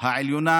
העליונה